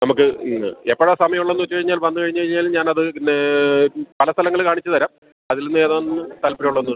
നമുക്ക് ഇന്ന് എപ്പോഴാണ് സമയം ഉള്ളേന്നെച്ച് കഴിഞ്ഞാൽ വന്ന് കഴിഞ്ഞ് കഴിഞ്ഞാലും ഞാനത് പിന്നെ പല സ്ഥലങ്ങൾ കാണിച്ച് തരാം അതിൽ നിന്നേതാന്ന് താൽപ്പര്യമുള്ളത്